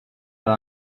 are